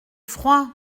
froid